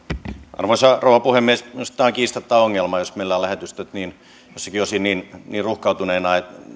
arvoisa rouva puhemies minusta tämä on kiistatta ongelma jos meillä ovat lähetystöt joiltakin osin niin niin ruuhkautuneita